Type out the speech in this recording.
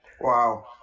Wow